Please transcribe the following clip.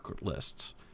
lists